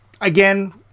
again